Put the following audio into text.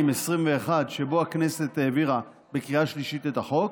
שבו הכנסת העבירה בקריאה שלישית את החוק,